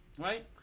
right